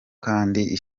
kandi